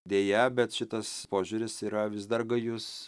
deja bet šitas požiūris yra vis dar gajus